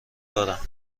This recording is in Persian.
دارم